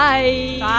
Bye